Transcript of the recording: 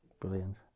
brilliant